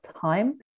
time